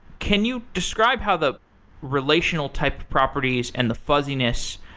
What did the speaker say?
can you describe how the relational type properties and the fuzziness,